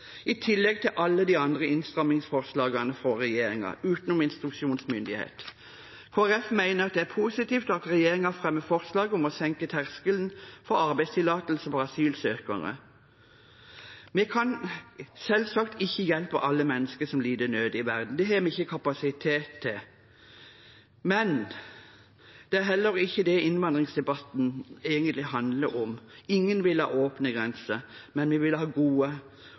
i tillegg til alle de andre innstrammingsforslagene fra regjeringen – utenom instruksjonsmyndighet. Kristelig Folkeparti mener det er positivt at regjeringen fremmer forslag om å senke terskelen for arbeidstillatelse for asylsøkere. Vi kan selvsagt ikke hjelpe alle mennesker som lider nød i verden. Det har vi ikke kapasitet til. Men det er heller ikke det innvandringsdebatten egentlig handler om. Ingen vil ha åpne grenser, men vi vil ha gode